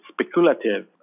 speculative